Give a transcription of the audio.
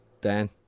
Dan